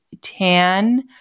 tan